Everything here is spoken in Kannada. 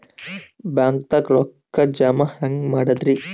ಬ್ಯಾಂಕ್ದಾಗ ರೊಕ್ಕ ಜಮ ಹೆಂಗ್ ಮಾಡದ್ರಿ?